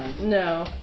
No